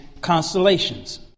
constellations